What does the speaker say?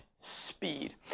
speed